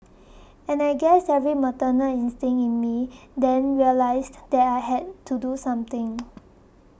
and I guess every maternal instinct in me then realised there I had to do something